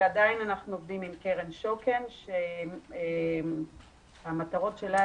ועדיין אנחנו עובדים עם קרן שוקן שהמטרות שלה